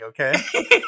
okay